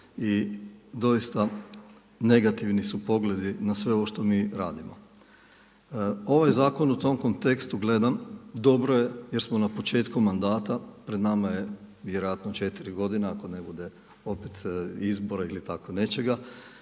i doista negativni su pogledi na sve ovo što mi radimo. Ovaj zakon u tom kontekstu gledam dobro je jer smo na početku mandata. Pred nama je vjerojatno četiri godine ako ne bude opet izbora ili tako nečega.